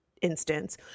instance